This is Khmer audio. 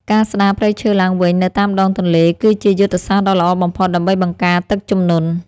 ការស្តារព្រៃឈើឡើងវិញនៅតាមដងទន្លេ គឺជាយុទ្ធសាស្ត្រដ៏ល្អបំផុតដើម្បីបង្ការទឹកជំនន់។